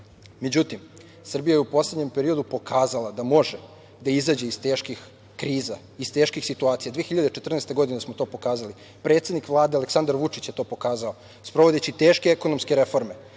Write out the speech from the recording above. Srbija je u poslednjem periodu pokazala da može da izađe iz teških kriza, iz teških situacija, 2014. godine smo to pokazali. Predsednik Vlade Aleksandar Vučić je to pokazao, sprovodeći teške ekonomske reforme,